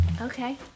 Okay